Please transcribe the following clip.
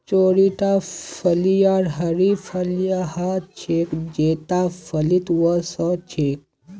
चौड़ीटा फलियाँ हरी फलियां ह छेक जेता फलीत वो स छेक